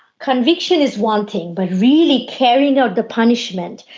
conviction is one thing but really carrying out the punishment,